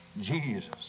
Jesus